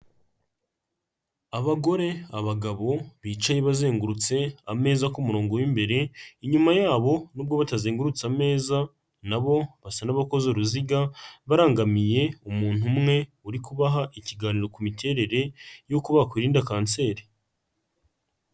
Abagore, abagabo bicaye bazengurutse ameza ku murongo w'imbere, inyuma yabo nubwo batazengurutse ameza na bo basa n'abakoze uruziga, barangamiye umuntu umwe uri kubaha ikiganiro ku miterere y'uko bakwirinda kanseri.